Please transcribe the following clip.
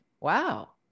wow